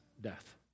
death